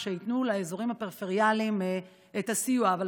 שייתנו לאזורים הפריפריאליים את הסיוע.